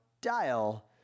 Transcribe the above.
dial